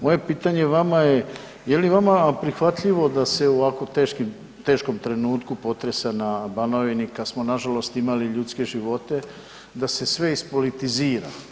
Moje pitanje vama je, je li vama prihvatljivo da se u ovako teškom trenutku potresa na Banovini kad smo nažalost imali ljudske živote da se sve ispolitizira?